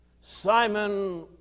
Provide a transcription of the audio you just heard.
Simon